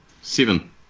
Seven